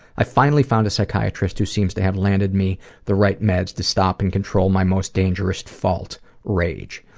i finally found a psychiatrist who seems to have landed me the right meds to stop and control my most dangerous fault rage.